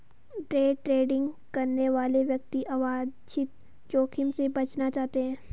day trading करने वाले व्यक्ति अवांछित जोखिम से बचना चाहते हैं